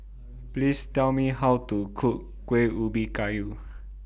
Please Tell Me How to Cook Kuih Ubi Kayu